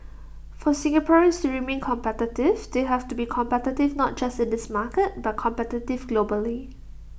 for Singaporeans to remain competitive they have to be competitive not just in this market but competitive globally